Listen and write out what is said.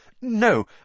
No